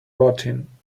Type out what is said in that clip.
rotting